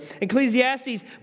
Ecclesiastes